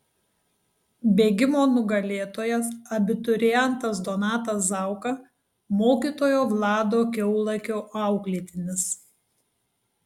bėgimo nugalėtojas abiturientas donatas zauka mokytojo vlado kiaulakio auklėtinis